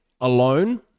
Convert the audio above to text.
alone